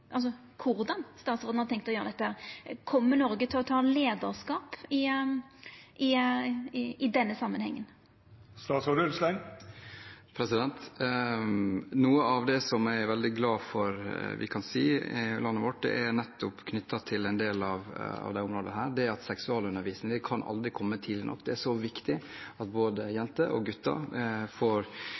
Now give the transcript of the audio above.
dette. Kjem Noreg til å ta leiarskap i denne samanhengen? Noe av det jeg er veldig glad for at vi kan si i landet vårt knyttet til dette området, er at seksualundervisning aldri kan komme tidlig nok. Det er så viktig at både jenter og gutter får